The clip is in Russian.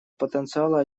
потенциала